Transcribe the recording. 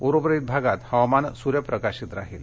उर्वरित भागात हवामान सर्यप्रकाशित राहील